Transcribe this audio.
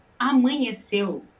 Amanheceu